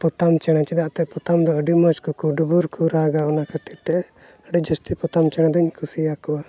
ᱯᱚᱛᱟᱢ ᱪᱮᱬᱮ ᱪᱮᱫᱟᱜ ᱥᱮ ᱯᱚᱛᱟᱢ ᱫᱚ ᱟᱹᱰᱤ ᱢᱚᱡᱽ ᱠᱚ ᱠᱩᱠᱩᱰᱩᱵᱩᱨ ᱠᱚ ᱨᱟᱜᱟ ᱚᱱᱟ ᱠᱷᱟᱹᱛᱤᱨᱛᱮ ᱟᱹᱰᱤ ᱡᱟᱹᱥᱛᱤ ᱯᱚᱛᱟᱢ ᱪᱮᱬᱮ ᱫᱚᱧ ᱠᱩᱥᱤ ᱟᱠᱚᱣᱟ